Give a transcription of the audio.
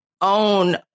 own